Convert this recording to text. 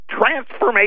transformation